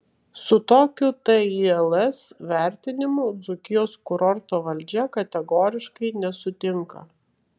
su tokiu tils vertinimu dzūkijos kurorto valdžia kategoriškai nesutinka